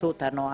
בחסות הנוער.